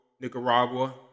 Nicaragua